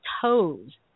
toes